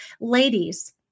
Ladies